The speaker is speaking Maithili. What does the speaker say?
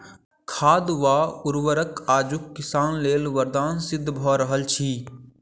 खाद वा उर्वरक आजुक किसान लेल वरदान सिद्ध भ रहल अछि